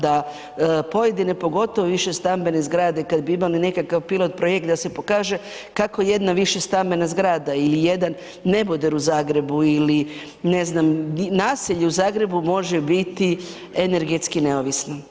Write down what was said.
Da pojedine, pogotovo višestambene zgrade kad bi imali nekakav pilot projekt da se pokaže kako jedna višestambena zgrada ili jedan neboder u Zagrebu ili ne znam naselje u Zagrebu može biti energetski neovisno.